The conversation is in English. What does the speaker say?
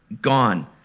gone